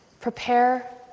Prepare